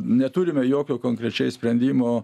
neturime jokio konkrečiai sprendimo